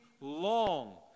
long